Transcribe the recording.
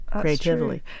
creatively